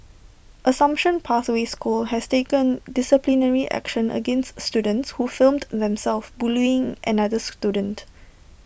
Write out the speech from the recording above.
assumption pathway school has taken disciplinary action against students who filmed themselves bullying another student